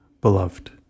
beloved